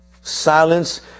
Silence